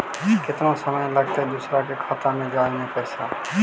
केतना समय लगतैय दुसर के खाता में जाय में पैसा?